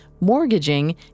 mortgaging